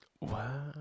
Wow